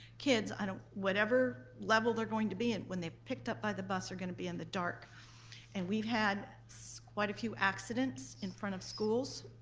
kids whatever level they're going to be in when they're picked up by the bus they're going to be in the dark and we've had so quite a few accidents in front of schools.